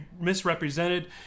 misrepresented